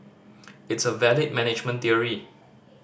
it's a valid management theory